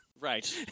Right